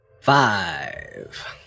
Five